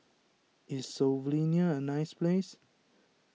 is Slovenia a nice place